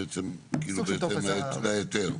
בעצם בהתאם להיתר.